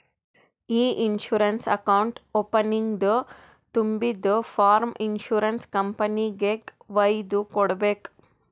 E insurance account ಓಪನಿಂಗ್ದು ತುಂಬಿದು form insurance ಕಂಪನಿಗೆಗ್ ವೈದು ಕೊಡ್ಬೇಕ್